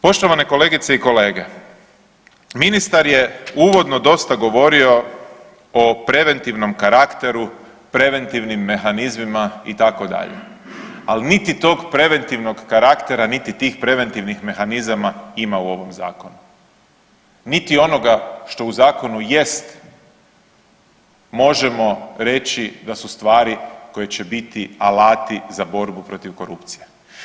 Poštovane kolegice i kolege, ministar je uvodno dosta govorio o preventivnom karakteru, preventivnim mehanizmima itd., ali niti tog preventivnog karaktera niti tih preventivnih mehanizama ima u ovom zakonu, niti onoga što u zakonu jest možemo reći da su stvari koje će biti alati za borbu protiv korupcije.